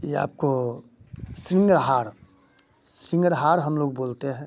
ये आपको शिंगहार शिंग्रहार हम लोग बोलते हैं